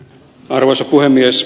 arvoisa puhemies